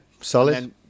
solid